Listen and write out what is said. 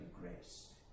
grace